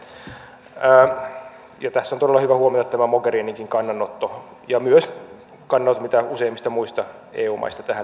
tässä on todella hyvä huomioida tämä mogherininkin kannanotto ja myös ne kannanotot joita useimmista muista eu maista tähän liittyen tuli